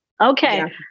Okay